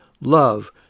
love